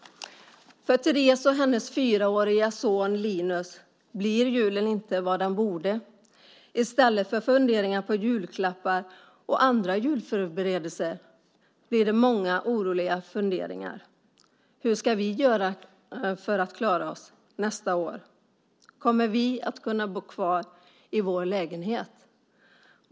För Therese och hennes fyraårige son Linus blir julen inte vad den borde vara. I stället för funderingar på julklappar och andra julförberedelser blir det många oroliga funderingar: Hur ska vi göra för att klara oss nästa år? Kommer vi att kunna bo kvar i vår lägenhet?